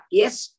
yes